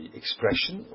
expression